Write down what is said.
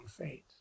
fate